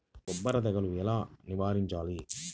బొబ్బర తెగులు ఎలా నివారించాలి?